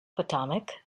potomac